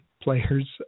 Players